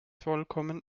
vollkommen